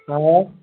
हा